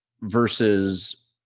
versus